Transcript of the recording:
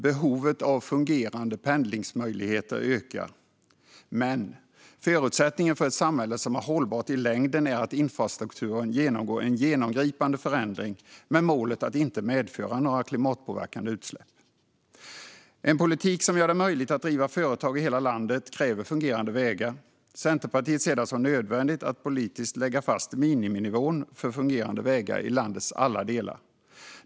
Behovet av fungerande pendlingsmöjligheter ökar. Men förutsättningen för ett samhälle som är hållbart i längden är att infrastrukturen genomgår en genomgripande förändring med målet att inte medföra några klimatpåverkande utsläpp. En politik som gör det möjligt att driva företag i hela landet kräver fungerande vägar. Centerpartiet ser det som nödvändigt att politiskt lägga fast miniminivån för fungerande vägar i landets alla delar.